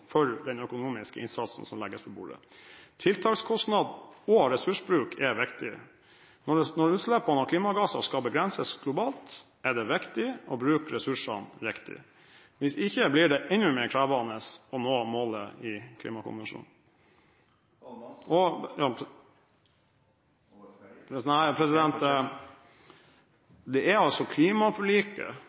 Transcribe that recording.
for den økonomiske innsatsen som legges på bordet. Tiltakskostnader og ressursbruk er viktig. Når utslippene av klimagasser skal begrenses globalt, er det viktig å bruke ressursene riktig. Hvis ikke blir det enda mer krevende å nå målet i klimakonvensjonen. I klimaforliket, som Heikki Eidsvoll Holmås satt i regjering og